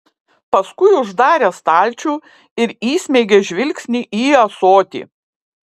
paskui uždarė stalčių ir įsmeigė žvilgsnį į ąsotį